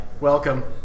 Welcome